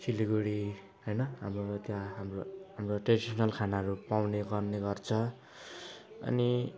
सिलगढी होइन हाम्रोबाट त्यहाँ हाम्रो हाम्रो ट्रेडिसनल खानाहरू पाउने गर्ने गर्छ अनि